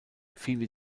viele